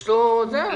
יש לו -- לא,